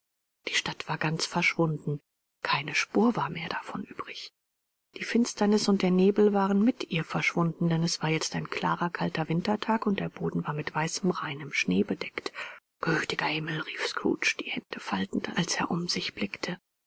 die stadt war ganz verschwunden keine spur war mehr davon übrig die finsternis und der nebel waren mit ihr verschwunden denn es war jetzt ein klarer kalter wintertag und der boden war mit weißem reinem schnee bedeckt gütiger himmel rief scrooge die hände faltend als er um sich blickte